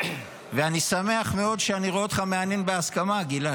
אני שמח מאוד שאני רואה אותך מהנהן בהסכמה, גלעד.